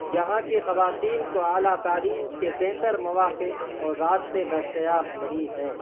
یہاں کی خواتین کو اعلیٰ تعلیم کے بہتر مواقع اور راستے دستیاب نہیں ہیں